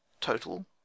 Total